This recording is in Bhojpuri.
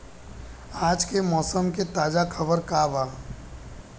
आज के मौसम के ताजा खबर का बा?